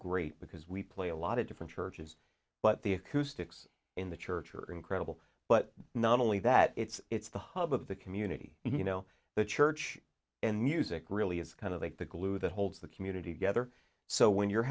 great because we play a lot of different churches but the acoustics in the church are incredible but not only that it's it's the hub of the community you know the church and music really is kind of like the glue that holds the community together so when you're